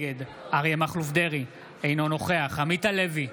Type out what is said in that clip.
נגד אריה מכלוף דרעי, אינו נוכח עמית הלוי,